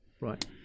right